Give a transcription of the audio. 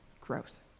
Gross